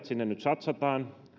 sinne nyt satsataan